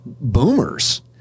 boomers